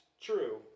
true